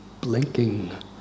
blinking